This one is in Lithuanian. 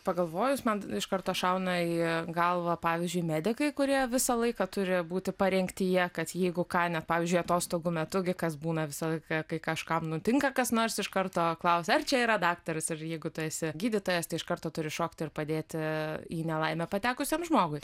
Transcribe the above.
pagalvojus man iš karto šauna į galvą pavyzdžiui medikai kurie visą laiką turi būti parengtyje kad jeigu ką net pavyzdžiui atostogų metu gi kas būna visą laiką kai kažkam nutinka kas nors iš karto klausia ar čia yra daktaras ir jeigu tu esi gydytojas tai iš karto turi šokti ir padėti į nelaimę patekusiam žmogui